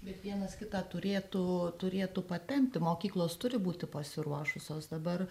bet vienas kitą turėtų turėtų patempti mokyklos turi būti pasiruošusios dabar